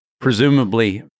presumably